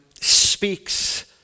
speaks